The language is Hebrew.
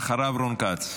אחריו, רון כץ.